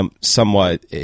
somewhat